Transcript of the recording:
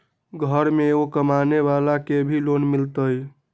घर में एगो कमानेवाला के भी लोन मिलहई?